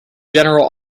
general